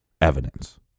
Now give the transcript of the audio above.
evidence